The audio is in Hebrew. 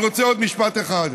אני רוצה עוד משפט אחד,